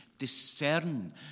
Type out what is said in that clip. discern